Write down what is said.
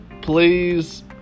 Please